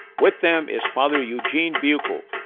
with them is father eugene buechel,